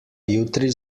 jutri